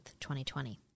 2020